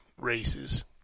Races